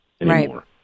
anymore